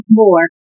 more